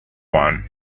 one